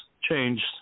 changed